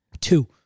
two